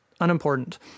Unimportant